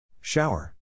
Shower